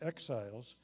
exiles